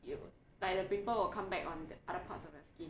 it will like the pimple will come back on other parts of your skin